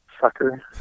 Sucker